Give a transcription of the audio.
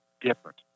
different